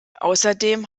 außerdem